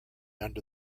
under